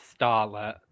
Starlet